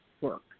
work